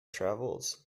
travels